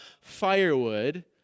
firewood